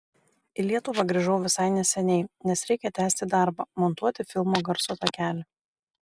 į lietuvą grįžau visai neseniai nes reikia tęsti darbą montuoti filmo garso takelį